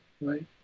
right